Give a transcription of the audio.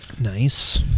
Nice